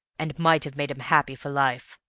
and might have made him happy for life.